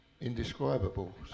indescribable